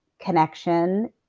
connection